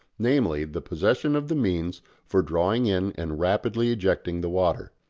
namely the possession of the means for drawing in and rapidly ejecting the water.